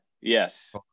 Yes